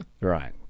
right